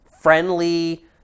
friendly